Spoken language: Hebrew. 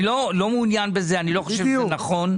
אני לא מעוניין בזה, אני לא חושב שזה נכון.